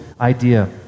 idea